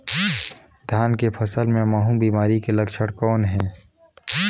धान के फसल मे महू बिमारी के लक्षण कौन हे?